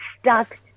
stuck